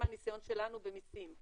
זה מהניסיון שלנו במיסים.